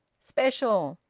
special!